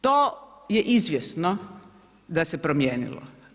To je izvjesno da se promijenilo.